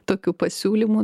tokių pasiūlymų